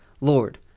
Lord